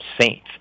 saints